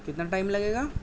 کتنا ٹائم لگے گا